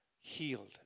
healed